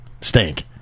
stink